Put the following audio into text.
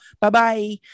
bye-bye